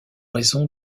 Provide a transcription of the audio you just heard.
raison